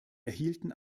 erhielten